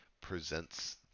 presents